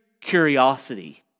curiosity